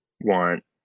want